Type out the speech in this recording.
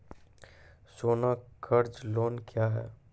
सोना कर्ज लोन क्या हैं?